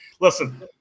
listen